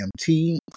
mt